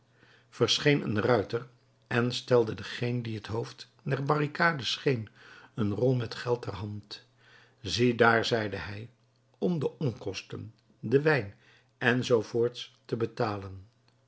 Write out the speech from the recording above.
een ruiter en stelde dengeen die t hoofd der barricade scheen een rol met geld ter hand ziedaar zeide hij om de onkosten den wijn en zoo voorts te betalen